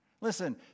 Listen